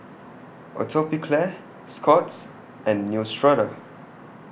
Atopiclair Scott's and Neostrata